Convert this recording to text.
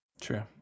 True